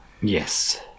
Yes